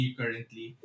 currently